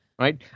Right